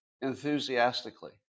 enthusiastically